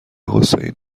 حسینی